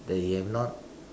that you have not